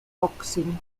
boxing